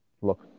look